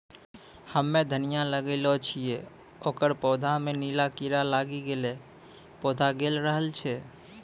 हम्मे धनिया लगैलो छियै ओकर पौधा मे नीला कीड़ा लागी गैलै पौधा गैलरहल छै?